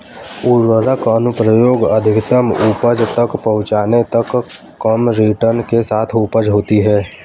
उर्वरक अनुप्रयोग अधिकतम उपज तक पहुंचने तक कम रिटर्न के साथ उपज होती है